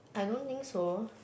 I don't think so